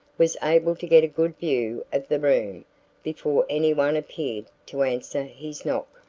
was able to get a good view of the room before any one appeared to answer his knock.